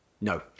No